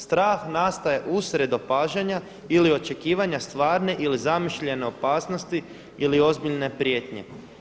Strah nastaje uslijed opažanja ili očekivanja stvarne ili zamišljene opasnosti ili ozbiljne prijetnje.